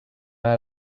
out